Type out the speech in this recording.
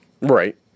Right